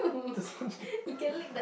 the sponge came